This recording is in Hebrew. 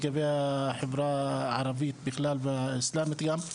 לדבי החברה הערבית בכלל והאסלאמית גם,